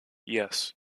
yes